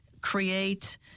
create